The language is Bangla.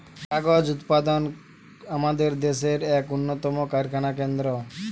কাগজ উৎপাদন আমাদের দেশের এক উন্নতম কারখানা কেন্দ্র